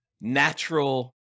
natural